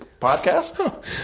podcast